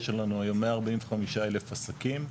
יש לנו היום 145,000 עסקים קטנים,